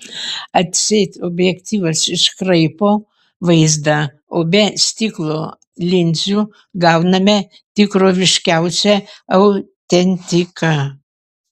atseit objektyvas iškraipo vaizdą o be stiklo linzių gauname tikroviškiausią autentiką